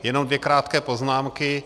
Jenom dvě krátké poznámky.